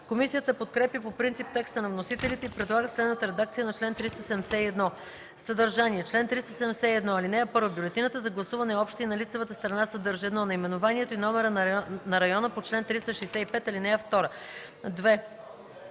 Комисията подкрепя по принцип текста на вносителите и предлага следната редакция на чл. 371: „Съдържание Чл. 371. (1) Бюлетината за гласуване е обща и на лицевата страна съдържа: 1. наименованието и номера на района по чл. 356, ал. 2; 2.